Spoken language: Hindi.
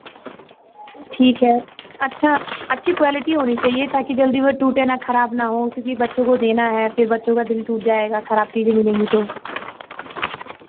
ठीक है अच्छा अच्छी क्वालिटी होनी चाहिए ताकि जल्दी वह टूटे ना खराब ना हो क्योंकि बच्चों को देना है फिर बच्चों का दिल टूट जाएगा खराब चीज़ें मिलेंगी तो